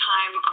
Time